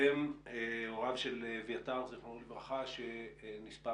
אתם הוריו של אביתר זיכרונו לברכה שנספה